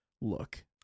Look